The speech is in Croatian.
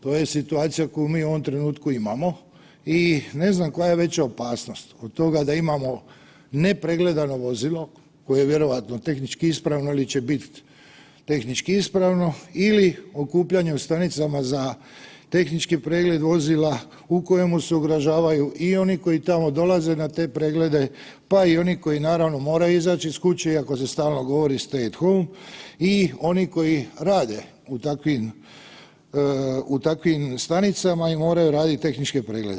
To je situacija koju mi u ovom trenutku imamo i ne znam koja je veća opasnost od toga da imao nepregledano vozilo koje je vjerojatno tehničko ispravno, ali će biti tehnički ispravno ili okupljanje u stanicama za tehnički pregled vozila u kojemu se ugrožavaju i oni koji tamo dolaze na te preglede, pa i oni koji naravno moraju izaći iz kuće iako se stalno govori stay home i oni koji rade u takvim, u takvim stanicama i moraju raditi tehničke preglede.